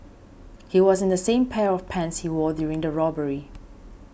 he was in the same pair of pants he wore during the robbery